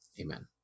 amen